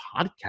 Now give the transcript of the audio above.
podcast